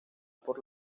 por